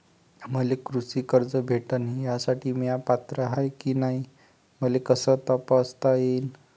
मले कृषी कर्ज भेटन यासाठी म्या पात्र हाय की नाय मले कस तपासता येईन?